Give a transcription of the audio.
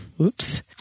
Oops